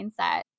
mindset